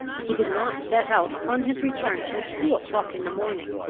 he did not set out upon his return till two o'clock in the morning.